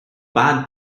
bad